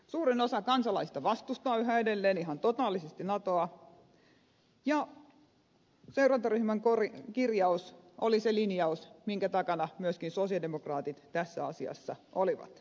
suurin osa kansalaisista vastustaa yhä edelleen ihan totaalisesti natoa ja seurantaryhmän kirjaus oli se linjaus minkä takana myöskin sosialidemokraatit tässä asiassa olivat